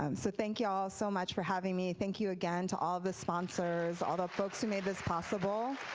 um so thank ya'll so much for having me. thank you again to all the sponsors, all the folks who made this possible.